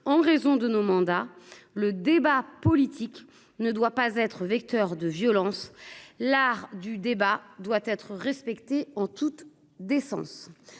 en raison de nos mandats le débat politique ne doit pas être vecteur de violence, l'art du débat doit être respecté en toute décence